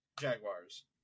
Jaguars